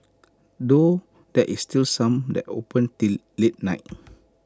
though there is still some that open till late night